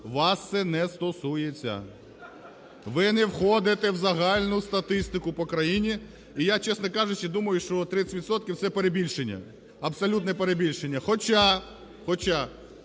вас це не стосується. Ви не входите в загальну статистику по країні. І я, чесно кажучи, думаю, що 30 відсотків – це перебільшення, абсолютне перебільшення. Хоча, хоча,